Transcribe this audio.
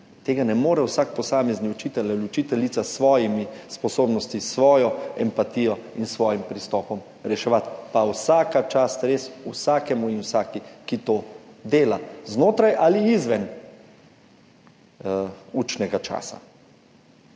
Tega ne more vsak posamezni učitelj ali učiteljica s svojimi sposobnostmi, s svojo empatijo in s svojim pristopom reševati. Pa vsa čast res vsakemu in vsaki, ki to dela, znotraj ali izven učnega časa.